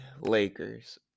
Lakers